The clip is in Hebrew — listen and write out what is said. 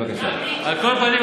על כל פנים,